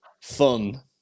fun